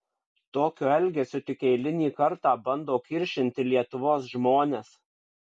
tokiu elgesiu tik eilinį kartą bando kiršinti lietuvos žmones